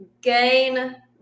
gain –